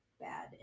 bad